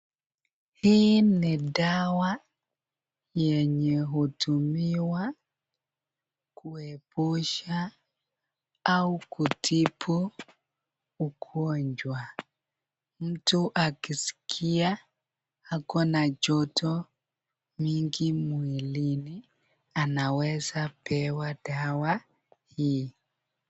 Hii ni dawa yenye hutumiwa kuepusha au kutibu ugonjwa. Mtu akisikia ako na joto mingi mwilini anaweza pewa dawa hii.